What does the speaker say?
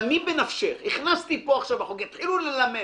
דמי בנפשך, הכנסתי פה עכשיו בחוק, יתחילו ללמד,